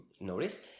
Notice